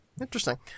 Interesting